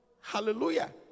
Hallelujah